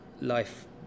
life